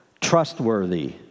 Trustworthy